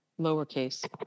lowercase